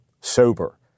sober